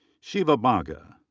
shiva bagga.